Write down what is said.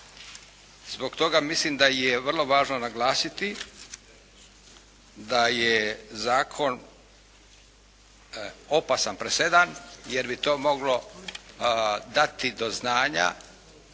Zbog toga mislim da je vrlo važno naglasiti da je Zakon opasan presedan, jer bi to moglo dati do znanja,